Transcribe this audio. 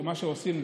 ומה שעושים,